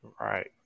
Right